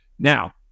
Now